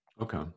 Okay